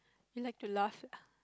you like to laugh